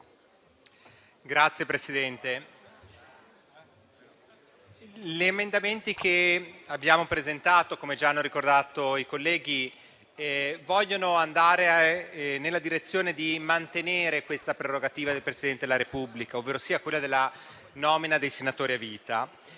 Signor Presidente, gli emendamenti che abbiamo presentato, come già hanno ricordato i colleghi, vogliono andare nella direzione di mantenere questa prerogativa del Presidente della Repubblica, ovverosia quella della nomina dei senatori a vita.